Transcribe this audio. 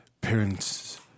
parents